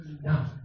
Now